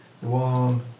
one